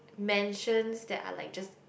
mansion that are like just